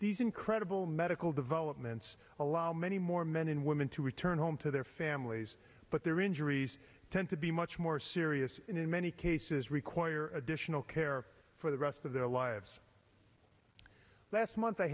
these incredible medical developments allow many more men and women to return home to their families but their injuries tend to be much more serious and in many cases require additional care for the rest of their lives last month